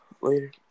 later